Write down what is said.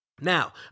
Now